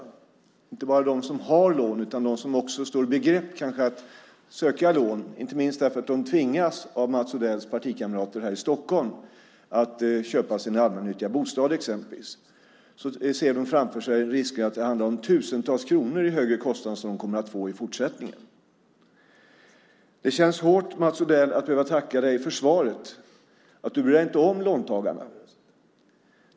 Det gäller inte bara de som har lån utan också de som kanske står i begrepp att söka lån, inte minst därför att de tvingas av Mats Odells partikamrater här i Stockholm att köpa sin allmännyttiga bostad. De ser framför sig en risk där det handlar om tusentals kronor i högre kostnader som de kommer att få i fortsättningen. Det känns hårt, Mats Odell, att behöva tacka dig för svaret. Du bryr dig inte om låntagarna.